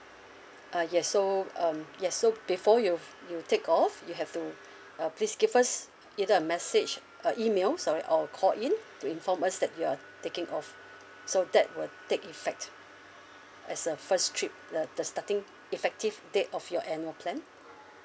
uh yes so um yes so before you've you take off you have to uh please give us either a message a email sorry or call in to inform us that you are taking off so that will take effect as a first trip the the starting effective date of your annual plan